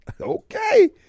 okay